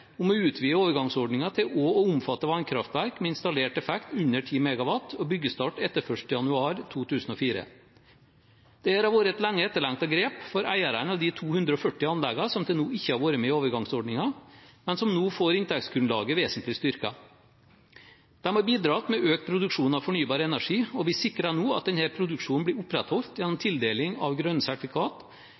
om å utvide overgangsordningen til også å omfatte vannkraftverk med installert effekt under 10 MW og byggestart etter 1. januar 2004. Dette har vært et lenge etterlengtet grep fra eierne av de 240 anleggene som til nå ikke har vært med i overgangsordningen, men som nå får inntektsgrunnlaget vesentlig styrket. De har bidratt med økt produksjon av fornybar energi, og vi sikrer nå at denne produksjonen blir opprettholdt gjennom tildeling av